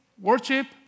worship